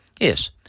Yes